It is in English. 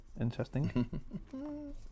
Interesting